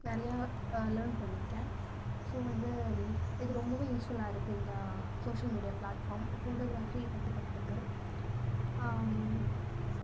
நிறைய லேர்ன் பண்ணியிருக்கேன் ஸோ வந்து இது ரொம்ப யூஸ்ஃபுல்லாக இருக்கு இந்த சோஷியல் மீடியா ப்ளாட்ஃபார்ம் ஃபோட்டோக்ராஃபி கத்துக்கிறதுக்கு